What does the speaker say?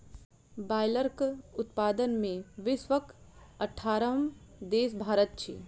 बायलरक उत्पादन मे विश्वक अठारहम देश भारत अछि